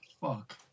Fuck